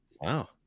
wow